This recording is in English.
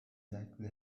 exactly